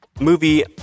movie